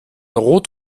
rot